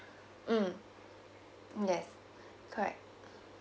mm yes correct